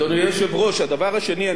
אני ישבתי באולם,